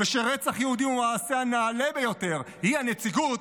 ושרצח יהודים הוא המעשה הנעלה ביותר, היא הנציגות,